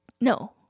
No